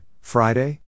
Friday